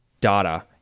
data